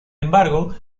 embargo